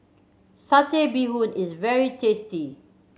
Satay Bee Hoon is very tasty